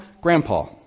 Grandpa